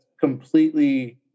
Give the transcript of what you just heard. completely